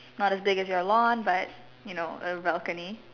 not as big as your lawn but you know a balcony